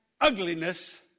ugliness